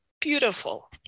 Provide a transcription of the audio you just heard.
Beautiful